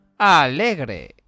Alegre